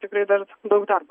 tikrai dar daug darbo